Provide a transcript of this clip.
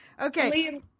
Okay